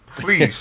Please